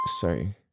sorry